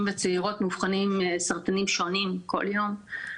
וצעירות מאובחנים בסרטנים שונים כל יום,